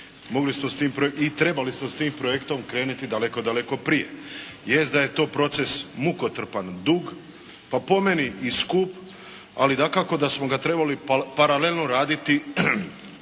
i trebali smo s tim projektom krenuti daleko, daleko prije. Jest da je to proces mukotrpan, dug, pa po meni i skup, ali dakako da smo ga trebali paralelno raditi